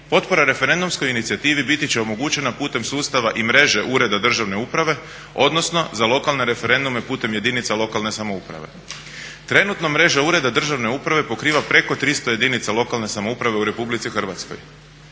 potpora referendumskoj inicijativi biti će omogućena putem sustava i mreže Ureda državne uprave odnosno za lokalne referendume putem jedinica lokalne samouprave. Trenutno mreža Ureda državne uprave pokriva preko 300 jedinica lokalne samouprave u RH. Za razliku